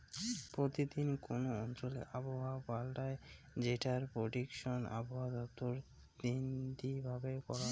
প্রতি দিন কোন অঞ্চলে আবহাওয়া পাল্টায় যেটার প্রেডিকশন আবহাওয়া দপ্তর দিননি ভাবে করঙ